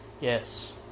Yes